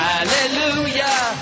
Hallelujah